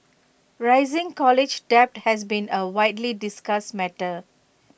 rising college debt has been A widely discussed matter